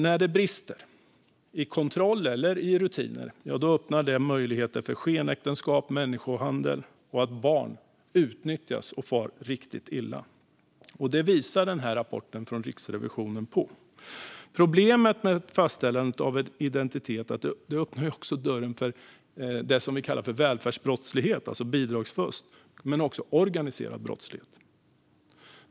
När det brister i kontroll eller rutiner öppnar det möjligheter för skenäktenskap, människohandel och att barn utnyttjas och far riktigt illa. Det visar den här rapporten från Riksrevisionen. Problem gällande fastställande av identitet öppnar också dörren för det som vi kallar för välfärdsbrottslighet, alltså bidragsfusk, men också organiserad brottslighet.